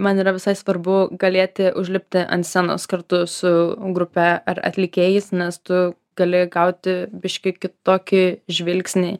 man yra visai svarbu galėti užlipti ant scenos kartu su grupe ar atlikėjais nes tu gali gauti biški kitokį žvilgsnį